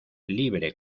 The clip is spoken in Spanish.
libre